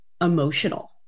emotional